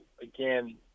again